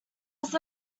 was